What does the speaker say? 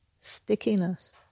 stickiness